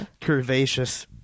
curvaceous